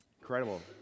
Incredible